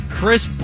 Chris